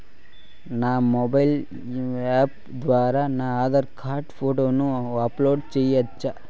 నా mobile app ద్వారా నా ఆధార్ కార్డు ఫోటోను అప్లోడ్ సేయొచ్చా?